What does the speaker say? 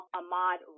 ahmad